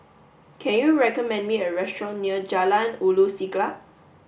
can you recommend me a restaurant near Jalan Ulu Siglap